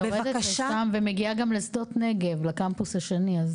אני יורדת לשם ומגיעה גם לשדות נגב לקמפוס השני.